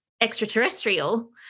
extraterrestrial